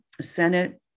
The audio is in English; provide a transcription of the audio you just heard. Senate